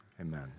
Amen